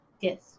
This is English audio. Yes